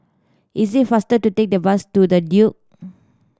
it is faster to take the bus to The Duke